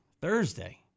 Thursday